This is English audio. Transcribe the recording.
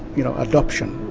you know, adoption.